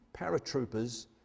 paratroopers